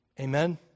Amen